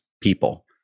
people